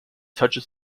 touches